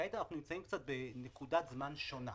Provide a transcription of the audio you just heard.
כעת אנחנו נמצאים קצת בנקודת זמן שונה,